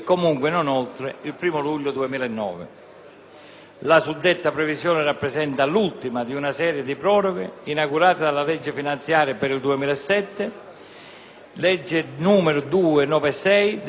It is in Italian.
La suddetta previsione rappresenta l'ultima di una serie di proroghe inaugurate dalla legge finanziaria per il 2007 (legge n. 296 del 2006).